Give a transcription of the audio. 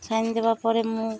sign ଦେବା ପରେ ମୁଁ